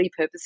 repurposed